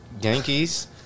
Yankees